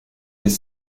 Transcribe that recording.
des